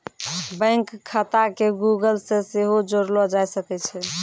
bank खाता के Google से सेहो जोड़लो जाय सकै छै